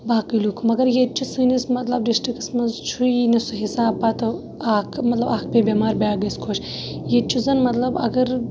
باقٕے لُکھ مَگَر ییٚتہِ چھِ سٲنِس مَطلَب ڈسٹرکَس مَنٛز چھُیی نہٕ سُہ حِساب پَتہٕ اکھ مَطلَب اکھ پیٚیِہ بیٚمار بیاکھ گَژھِ خۄش ییٚتہِ چھُ زَن مَطلَب اَگَر